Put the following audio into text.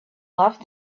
loved